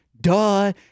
duh